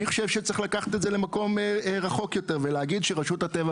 אני חושב שצריך לקחת את זה למקום רחוק יותר ולהגיד שרשות הטבע